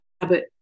habit